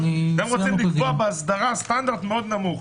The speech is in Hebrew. בישראל נמוכות אתם רוצים לקבוע באסדרה סטנדרט מאוד נמוך.